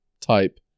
type